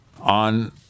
On